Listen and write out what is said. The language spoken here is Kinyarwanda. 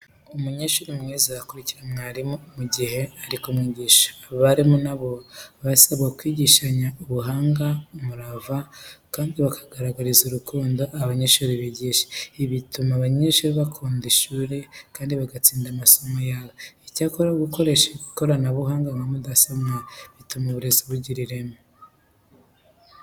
Umunyeshuri mwiza akurikira mwarimu mu gihe ari kumwigisha. Abarimu na bo basabwa kwigishanya ubuhanga, umurava kandi bakagaragariza urukundo abanyeshuri bigisha. Ibi bituma abanyeshuri bakunda ishuri, kandi bagatsinda amasomo yabo. Icyakora, gukoresha ikoranabunga nka mudasobwa bituma uburezi bugira ireme.